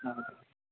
ಹಾಂ